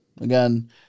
again